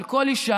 של כל אישה,